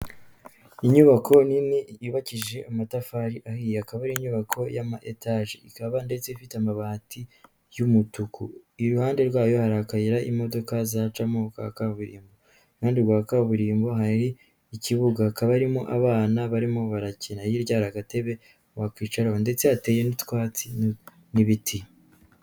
Inyubako nini yubakishije amatafari ahiye, akaba ari inyubako y'ama etaje, ikaba ndetse ifite amabati y'umutuku, iruhande rwayo hari akayira imodoka zacamo ka kaburimbo. Iruhande rwa kaburimbo hari ikibuga, hakaba hairimo abana barimo barakina, yirya har'agatebe wakwicara ndetse hateye n'utwatsi n'ibiti.